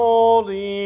Holy